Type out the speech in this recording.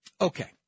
Okay